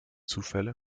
zufälle